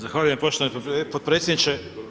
Zahvaljujem poštovani potpredsjedniče.